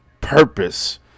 purpose